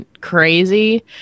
crazy